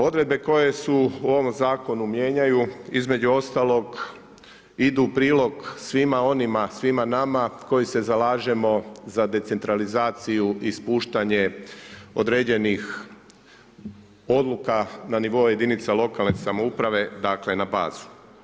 Odredbe koje se u ovom zakonu mijenjanju između ostalog idu u prilog svima onima, svima nama koji se zalažemo za decentralizaciju i spuštanje određenih odluka na nivou jedinica lokalne samouprave na bazu.